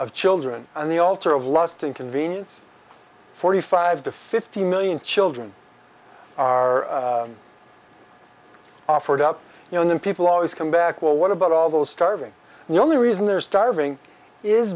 of children on the altar of lust and convenience forty five to fifty million children are offered up you know then people always come back well what about all those starving and the only reason they're starving is